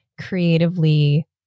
creatively